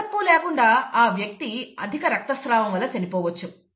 ఏ తప్పు లేకుండా ఆ వ్యక్తి అధిక రక్తస్రావం వలన చనిపోవచ్చు